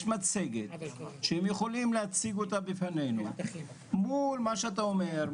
יש מצגת שהם יכולים להציג אותה בפנינו מול מה שאתה אומר,